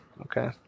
Okay